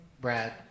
Brad